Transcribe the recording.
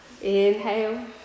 Inhale